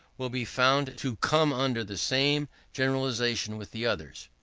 will be found to come under the same generalization with the others.